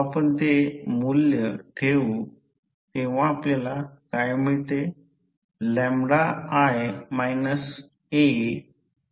तर ही बाजू R2 आहे ही X2 आहे आणि येथे भार असे आहे असे म्हणू ही R2 आहे आणि यामधून वाहणारा प्रवाह I2 आहे